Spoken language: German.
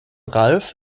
ralf